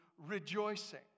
Rejoicing